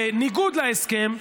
בניגוד להסכם,